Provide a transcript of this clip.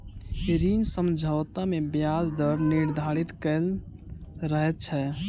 ऋण समझौता मे ब्याज दर निर्धारित कयल रहैत छै